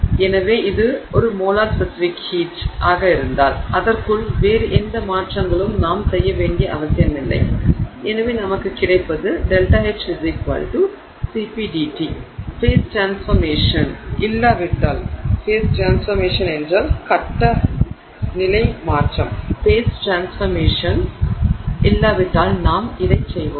எனவே இது molar specific heat இருந்தால் அதற்கு வேறு எந்த மாற்றங்களும் நாம் செய்ய வேண்டிய அவசியமில்லை நமக்கு கிடைக்கிறது ∆H Cp × dT எனவே ஃபேஸ் ட்ரான்ஸ்ஃபர்மேஷன் இல்லாவிட்டால் நாம் இதைச் செய்வோம்